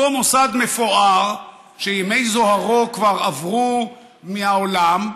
אותו מוסד מפואר שימי זוהרו כבר עברו מהעולם.